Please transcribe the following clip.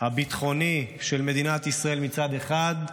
הביטחוני של מדינת ישראל מצד אחד,